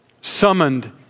summoned